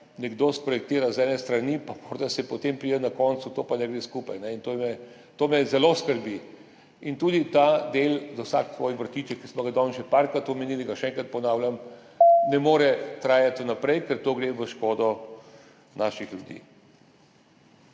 nekdo sprojektira z ene strani, pa se morda potem pride na koncu, to pa ne gre skupaj. To me zelo skrbi. In tudi ta del, vsak za svoj vrtiček, ki smo ga danes že nekajkrat omenili, ga še enkrat ponavljam, ne more trajati še naprej, ker gre to na škodo naših ljudi.